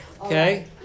Okay